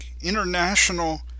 international